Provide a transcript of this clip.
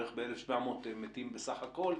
בערך ב-1,700 מתים בסך הכול,